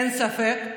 אין ספק,